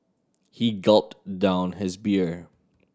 he gulped down his beer